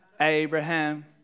Abraham